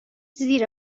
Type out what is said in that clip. زیر